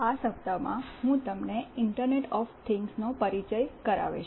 આ સપ્તાહમાં હું તમને ઈન્ટરનેટ ઓફ થિંગ્સ નો પરિચય કરાવીશ